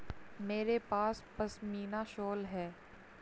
मेरे पास पशमीना शॉल है